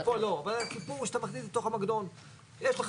אבל הסיפור פה הוא שאתה מכניס --- יש לך